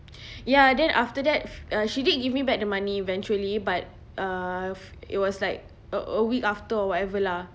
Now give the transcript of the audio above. ya then after that she did give me back the money eventually but uh it was like a a week after or whatever lah